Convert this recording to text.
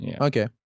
Okay